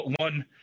one